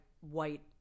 white